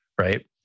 right